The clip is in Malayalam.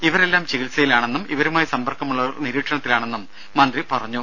ഇവരെല്ലാം ചികിത്സയിലാണെന്നും ഇവരുമായി സമ്പർക്കമുള്ളവർ നിരീക്ഷണത്തിലാണെന്നും മന്ത്രി പറഞ്ഞു